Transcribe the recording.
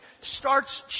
starts